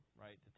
right